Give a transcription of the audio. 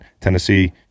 Tennessee